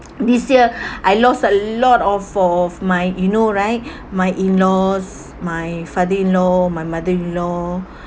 this year I lost a lot of for of my you know right my in-laws my father in law my mother-in-law